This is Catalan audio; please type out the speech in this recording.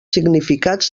significats